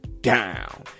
down